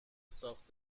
ساخت